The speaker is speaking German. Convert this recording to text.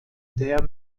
der